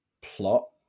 plot